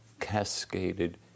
cascaded